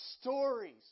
stories